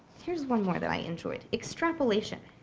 here's one more that i enjoyed. extrapolation,